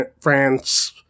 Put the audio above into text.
France